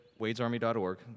wadesarmy.org